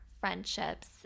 friendships